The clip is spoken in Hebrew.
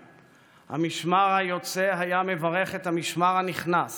המשמר היוצא היה מברך את המשמר הנכנס